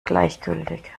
gleichgültig